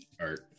Art